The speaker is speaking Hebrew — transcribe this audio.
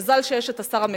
מזל שיש השר המקשר.